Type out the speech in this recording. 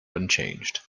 unchanged